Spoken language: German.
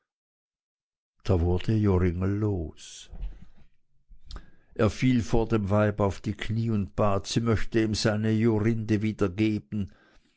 da wurde joringel los er fiel vor dem weib auf die knie und bat sie möchte ihm seine jorinde wiedergeben